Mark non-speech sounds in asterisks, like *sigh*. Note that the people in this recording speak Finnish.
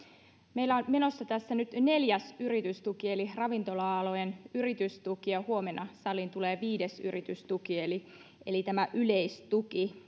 meillä on menossa tässä nyt neljäs yritystuki eli ravintola alojen yritystuki ja huomenna saliin tulee viides yritystuki eli eli tämä yleistuki *unintelligible*